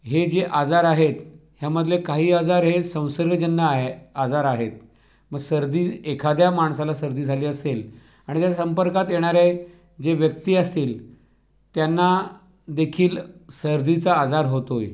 हे जे आजार आहेत ह्यामधले काही आजार हे संसर्गजन्य आहे आजार आहेत मग सर्दी एखाद्या माणसाला सर्दी झाली असेल आणि त्या संपर्कात येणारे जे व्यक्ती असतील त्यांना देखील सर्दीचा आजार होतो आहे